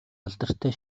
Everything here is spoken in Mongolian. алдартай